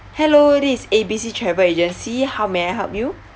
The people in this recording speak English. hello this is A B C travel agency how may I help you